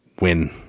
win